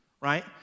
right